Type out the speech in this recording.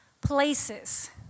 places